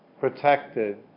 protected